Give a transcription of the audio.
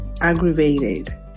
aggravated